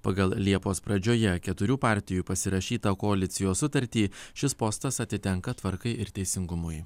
pagal liepos pradžioje keturių partijų pasirašytą koalicijos sutartį šis postas atitenka tvarkai ir teisingumui